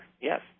Yes